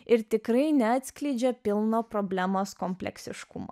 ir tikrai neatskleidžia pilno problemos kompleksiškumą